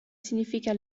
significa